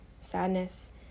sadness